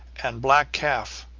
and black calf,